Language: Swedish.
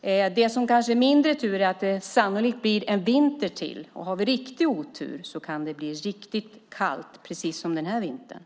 Det som kanske är mindre tur är att det sannolikt blir en vinter till, och har vi riktig otur kan det bli riktigt kallt, precis som den här vintern.